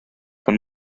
von